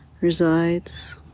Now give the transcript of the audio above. resides